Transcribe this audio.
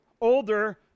older